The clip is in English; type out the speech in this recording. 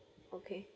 okay